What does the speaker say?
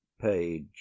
page